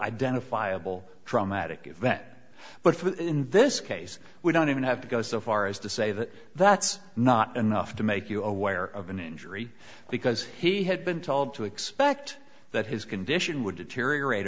identifiable traumatic event but for in this case we don't even have to go so far as to say that that's not enough to make you aware of an injury because he had been told to expect that his condition would deteriorate